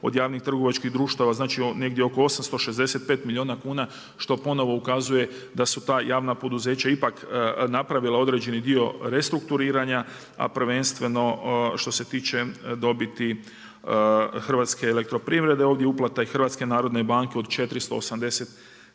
od javnih trgovačkih društava znači negdje oko 865 milijuna kuna što ponovno ukazuje da su ta javna poduzeća ipak napravila određeni dio restrukturiranja a prvenstveno što se tiče dobiti HEP-a. Ovdje uplata je HNB-a od 483 milijuna